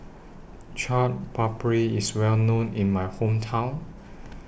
Chaat Papri IS Well known in My Hometown